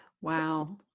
Wow